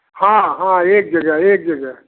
हाँ हाँ एक जगह एक जगह